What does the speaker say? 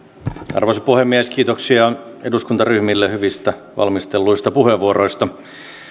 arvoisa puhemies kiitoksia eduskuntaryhmille hyvistä valmistelluista puheenvuoroista